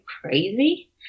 crazy